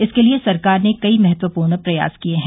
इसके लिए सरकार ने कई महत्वपूर्ण प्रयास किये हैं